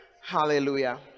hallelujah